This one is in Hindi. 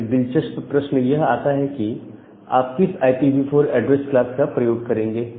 अब एक दिलचस्प प्रश्न है यह आता है कि आप किस IPv4 एड्रेस क्लास का प्रयोग करेंगे